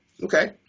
Okay